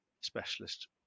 specialist